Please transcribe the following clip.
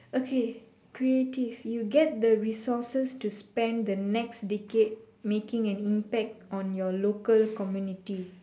okay creative you get the resources to spend the next decade making an impact on your local community